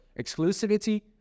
exclusivity